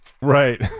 right